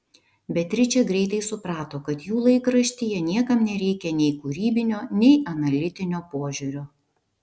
beatričė greitai suprato kad jų laikraštyje niekam nereikia nei kūrybinio nei analitinio požiūrio